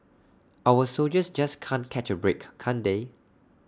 our soldiers just can't catch A break can't they